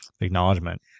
acknowledgement